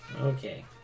Okay